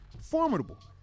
Formidable